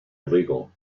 illegal